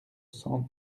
cent